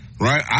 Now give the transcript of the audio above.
right